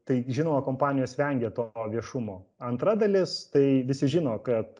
tai žinoma kompanijos vengia to viešumo antra dalis tai visi žino kad